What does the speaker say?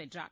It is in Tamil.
வென்றார்